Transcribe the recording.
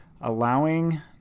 allowing